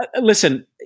Listen